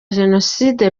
jenoside